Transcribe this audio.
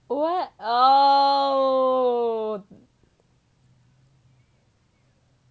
what oh